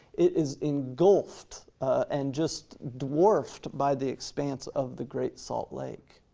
it is engulfed and just dwarfed by the expanse of the great salt lake.